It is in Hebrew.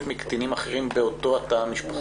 מקטינים אחרים באותו התא המשפחתי?